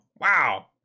Wow